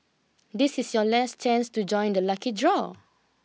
this is your last chance to join the lucky draw